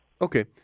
Okay